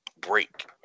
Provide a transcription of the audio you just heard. break